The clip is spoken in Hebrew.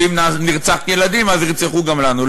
שאם נרצח ילדים אז ירצחו גם לנו.